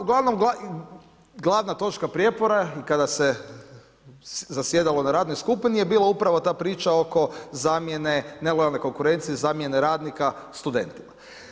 Uglavnom glavna točka prijepora i kada se zasjedalo na radnoj skupini je bila upravo ta priča oko zamjene nelojalne konkurencije, zamjene radnika studentima.